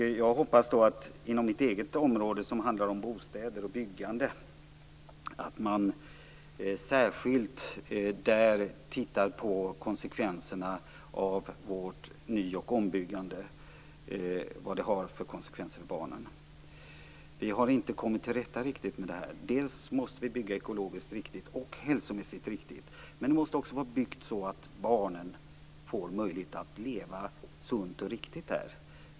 Jag hoppas att man särskilt inom mitt eget område, som handlar om bostäder och byggande, tittar på konsekvenserna av vår ny och ombyggnation, att man tittar på vad det har för konsekvenser för barnen. Vi har inte riktigt kommit till rätta med det här. Vi måste vi bygga ekologiskt och hälsomässigt riktigt. Men vi måste också få byggt så att barnen får möjlighet att leva sunt och riktigt.